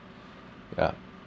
yeah